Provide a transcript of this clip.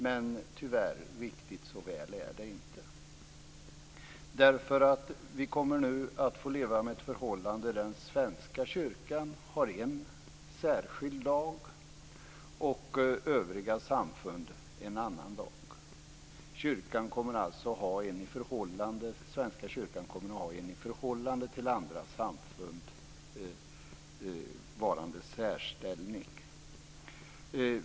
Men tyvärr - riktigt så väl är det inte. Vi kommer nu att få leva med ett förhållande där den svenska kyrkan har en särskild lag och övriga samfund en annan lag. Svenska kyrkan kommer alltså att ha en särställning i förhållande till andra samfund.